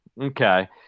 Okay